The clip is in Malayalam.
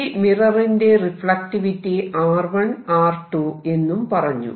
ഈ മിററിന്റെ റിഫ്ലക്റ്റിവിറ്റി R1 R2 എന്നും പറഞ്ഞു